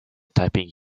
typing